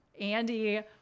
Andy